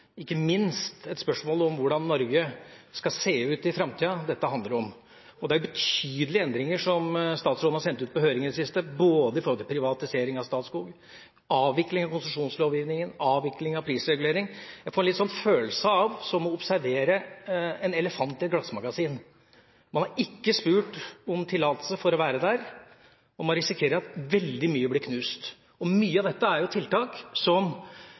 ikke minst er det et spørsmål om hvordan Norge skal se ut i framtida – dette handler om, og det er betydelige endringer som statsråden har sendt ut på høring i det siste, når det gjelder både privatisering av Statskog, avvikling av konsesjonslovgivningen og avvikling av prisregulering. Jeg får litt følelsen av at det er som å observere en elefant i et glassmagasin – man har ikke spurt om tillatelse til å være der, og man risikerer at veldig mye blir knust. Og mye av dette er jo tiltak som